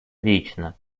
вечно